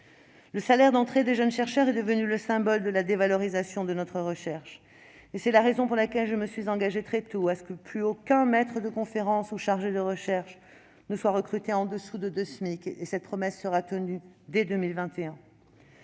Le salaire d'entrée des jeunes chercheurs est devenu le symbole de la dévalorisation de notre recherche et c'est la raison pour laquelle je me suis engagée très tôt à ce qu'aucun maître de conférences ou chargé de recherche ne soit plus recruté au-dessous d'un salaire équivalent à deux SMIC. Cette promesse sera tenue dès 2021.